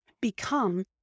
become